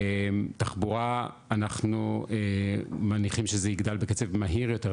תחבורה אנחנו מניחים שזה יגדל בקצב מהיר יותר,